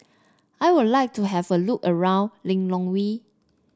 I would like to have a look around Lilongwe